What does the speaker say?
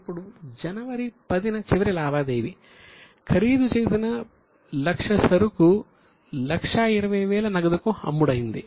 ఇప్పుడు జనవరి 10 న చివరి లావాదేవీ ఖరీదు చేసిన 100000 సరుకు 120000 నగదుకు అమ్ముడైంది